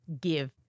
give